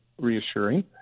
reassuring